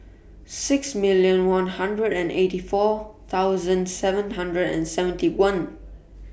six million one hundred and eighty four thousand seven hundred and seventy one